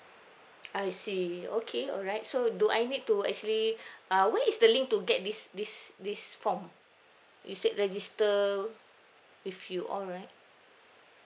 I see okay all right so do I need to actually err where is the link to get this this this form you said register with you all right